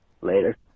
later